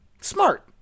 Smart